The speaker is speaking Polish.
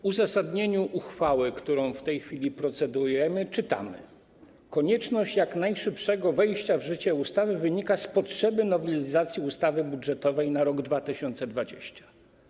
W uzasadnieniu ustawy, nad którą w tej chwili procedujemy, czytamy: Konieczność jak najszybszego wejścia w życie ustawy wynika z potrzeby nowelizacji ustawy budżetowej na rok 2020.